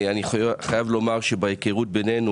אני חייב לומר שבהיכרות בינינו,